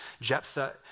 Jephthah